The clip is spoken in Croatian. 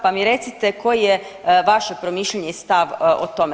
Pa mi recite koji je vaše promišljanje i stav o tome.